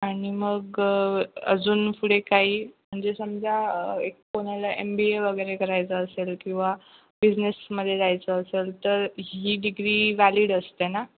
आणि मग अजून पुढे काही म्हणजे समजा एक कोणाला एम बी ए वगैरे करायचं असेल किंवा बिझनेसमध्ये जायचं असेल तर ही डिग्री वॅलिड असते ना